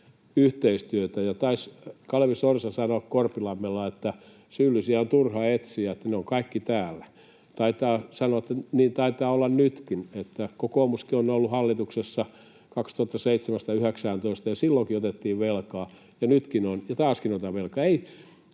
yhteistyötä. Taisi Kalevi Sorsa sanoa Korpilammella, että syyllisiä on turha etsiä, he ovat kaikki täällä, ja täytyy sanoa, että niin taitaa olla nytkin. Kokoomuskin on ollut hallituksessa 2007—2019, ja silloinkin otettiin velkaa, ja nytkin on, ja taaskin otetaan velkaa.